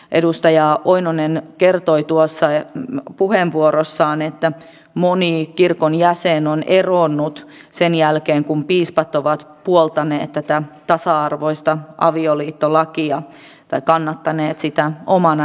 edustaja oinonen kertoi tuossa puheenvuorossaan että moni kirkon jäsen on eronnut sen jälkeen kun piispat ovat puoltaneet tätä tasa arvoista avioliittolakia tai kannattaneet sitä omana näkemyksenään